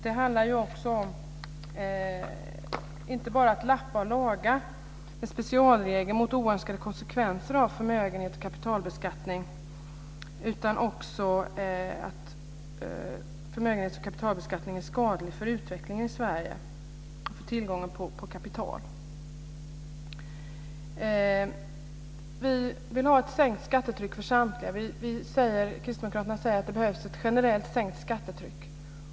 Det handlar inte bara om att lappa och laga med en specialregel mot oönskade konsekvenser av förmögenhet och kapitalbeskattning, utan också om att förmögenhets och kapitalbeskattningen är skadlig för utvecklingen i Sverige och för tillgången på kapital. Vi vill ha ett sänkt skattetryck för samtliga. Kristdemokraterna säger att det behövs ett generellt sänkt skattetryck.